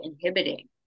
inhibiting